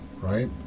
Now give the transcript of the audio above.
right